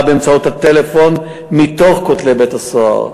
באמצעות הטלפון מתוך כותלי בית-הסוהר,